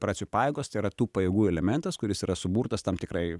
operacijų pajėgos tai yra tų pajėgų elementas kuris yra suburtas tam tikrai